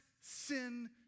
sin